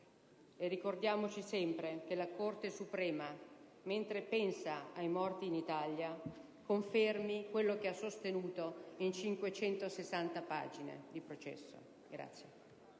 - ricordiamocelo sempre - e la Corte suprema, mentre pensa ai morti in Italia, confermi ciò che ha sostenuto in 560 pagine di processo.